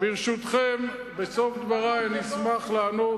ברשותכם, בסוף דברי אני אשמח לענות.